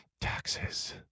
taxes